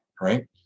Right